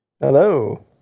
Hello